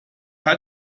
hat